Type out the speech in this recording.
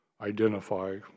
identify